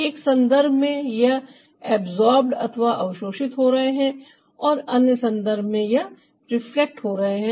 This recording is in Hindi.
एक संदर्भ में यह अब्सोर्बेड अथवा अवशोषित हो रहे हैं और अन्य संदर्भ में यह रिफ्लेक्ट रिफ्लेक्ट हो रहे हैं